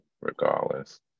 regardless